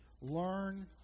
learn